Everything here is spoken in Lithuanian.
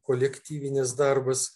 kolektyvinis darbas